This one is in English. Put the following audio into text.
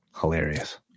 Hilarious